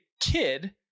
kid